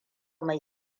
mai